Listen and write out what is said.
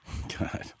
God